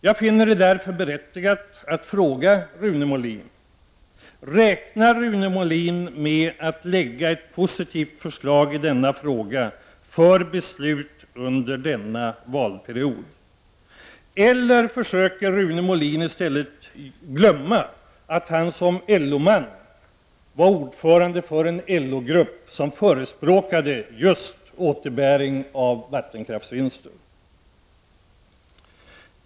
Jag finner det därför berättigat att fråga Rune Molin: Räknar Rune Molin med att lägga ett positivt förslag i denna fråga för beslut under denna valperiod, eller försöker Rune Molin i stället glömma att han som LO-man var ordförande för en LO-grupp som förespråkade just återbäring av vattenkraftsvinster?